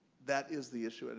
that is the issue, and